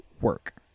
work